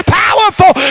powerful